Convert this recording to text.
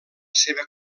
seva